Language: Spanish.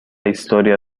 historia